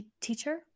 teacher